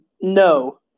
No